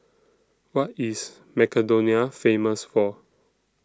What IS Macedonia Famous For